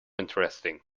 interesting